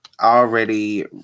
already